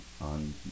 on